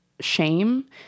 shame